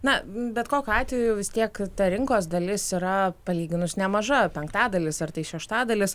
na bet kokiu atveju vis tiek ta rinkos dalis yra palyginus nemaža penktadalis ar tai šeštadalis